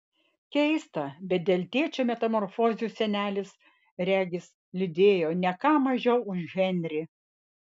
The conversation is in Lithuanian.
keista bet dėl tėčio metamorfozių senelis regis liūdėjo ne ką mažiau už henrį